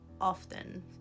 often